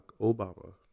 Obama